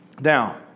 Now